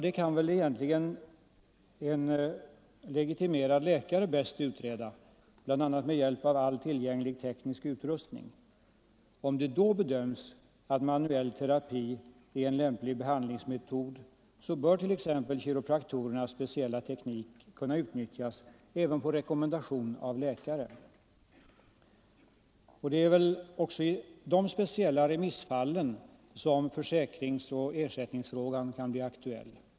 Det kan väl egentligen en legitimerad läkare bäst utreda, bl.a. med hjälp av all tillgänglig teknisk utrustning. Om det då bedöms att manipulativ terapi är en lämplig behandlingsmetod bör t.ex. kiropraktorernas speciella teknik kunna utnyttjas även på rekommendation av läkare. Det är väl i de speciella remissfallen som försäkringsoch ersättningsfrågan kan bli aktuell.